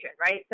right